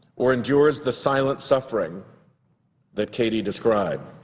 or endures the silent suffering that katie described.